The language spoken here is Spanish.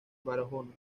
barahona